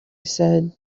said